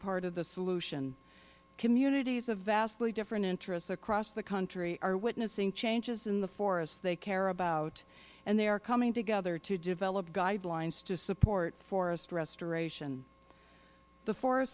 part of the solution communities of vastly different interests across the country are witnessing changes in the forests they care about and they are coming together to develop guidelines to support forest restoration the forest